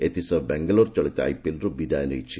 ଏଥିସହ ବାଙ୍ଗାଲୋର ଚଳିତ ଆଇପିଏଲ୍ରୁ ବିଦାୟ ନେଇଛି